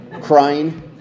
crying